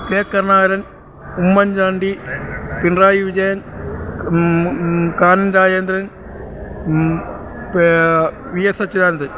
K Karunakaran Oommen Chandy Pinarayi Vijayan Kanam Rajendran V S Achuthanandan